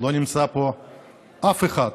לא נמצא פה אף אחד.